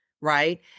Right